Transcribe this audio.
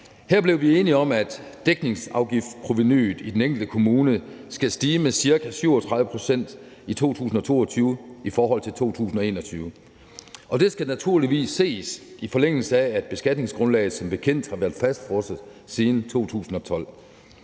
Her blev vi enige om, at dækningsafgiftsprovenuet i den enkelte kommune skal stige med ca. 37 pct. i 2022 i forhold til 2021. Det skal naturligvis ses i forlængelse af, at beskatningsgrundlaget som bekendt har været fastfrosset siden 2012.